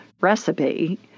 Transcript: recipe